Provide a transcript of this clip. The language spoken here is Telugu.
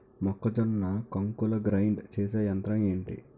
మొక్కజొన్న కంకులు గ్రైండ్ చేసే యంత్రం ఏంటి?